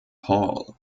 hall